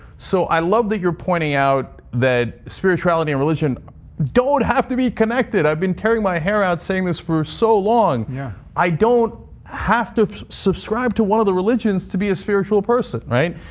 so, i love that you're pointing out that spiritually and and religion don't have to be connected. i've been tearing my hair out saying this for so long. yeah i don't have to subscribe to one of the religions to be a spiritual person. right?